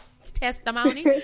testimony